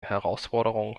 herausforderungen